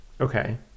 Okay